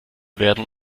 werden